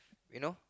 you know